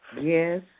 Yes